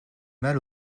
mal